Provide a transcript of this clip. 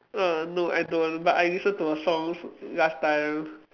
uh no I don't but I listen to her songs last time